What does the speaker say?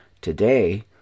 Today